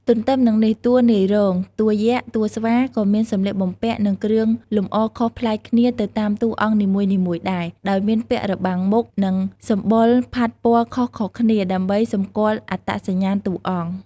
ទន្ទឹមនឹងនេះ តួនាយរោង តួយក្ស តួស្វាក៏មានសម្លៀកបំពាក់ និងគ្រឿងលម្អខុសប្លែកគ្នាទៅតាមតួអង្គនីមួយៗដែរ ដោយមានពាក់របាំងមុខ និងសម្បុរផាត់ពណ៌ខុសៗគ្នា ដើម្បីសម្គាល់អត្តសញ្ញាណតួអង្គ។